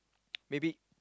maybe